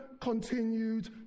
continued